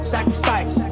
Sacrifice